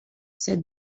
said